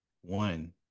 one